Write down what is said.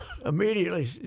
immediately